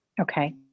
okay